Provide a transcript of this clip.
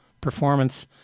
performance